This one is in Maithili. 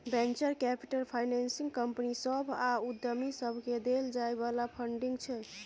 बेंचर कैपिटल फाइनेसिंग कंपनी सभ आ उद्यमी सबकेँ देल जाइ बला फंडिंग छै